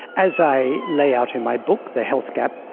as i lay out in my book, the health gap,